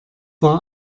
war